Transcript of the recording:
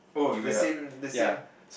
oh the same the same